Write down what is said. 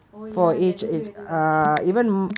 oh ya அந்த நூறு வெள்ளி:antha nooru velli voucher ya